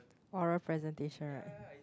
oral presentation right